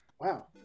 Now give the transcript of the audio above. wow